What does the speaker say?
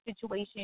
situation